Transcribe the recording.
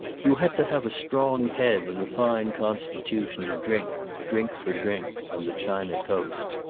you had to have a strong head and a fine constitution to drink drink for drink on the china coast.